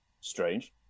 strange